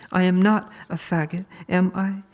i am not a faggot, am i,